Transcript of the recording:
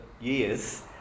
years